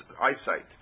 eyesight